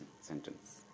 sentence